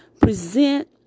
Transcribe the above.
present